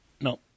No